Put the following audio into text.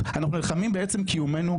בדיון אני אבקש מכם הצעה לצבע לבגדים של הסבתות.